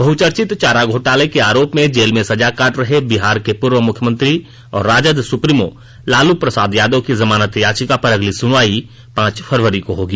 बहुचर्चित चारा घोटाला के आरोप में जेल में सजा काट रहे बिहार के पूर्व मुख्यमंत्री और राजद सुप्रीमो लालू प्रसाद यादव की जमानत याचिका पर अगली सुनवाई पांच फरवरी को होगी